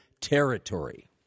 territory